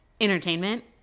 entertainment